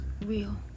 real